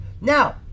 now